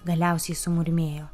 galiausiai sumurmėjo